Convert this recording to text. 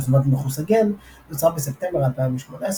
יוזמת מחוסגן נוצרה בספטמבר 2018,